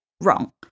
Wrong